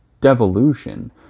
devolution